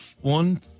one